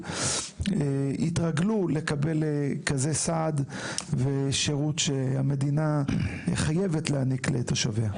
יתרגלו לקבל כזה סעד ושירות שהמדינה חייבת להעניק לתושביה.